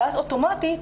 ואז אוטומטית,